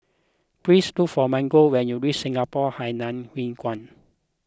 please look for Margot when you reach Singapore Hainan Hwee Kuan